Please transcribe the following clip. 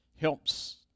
helps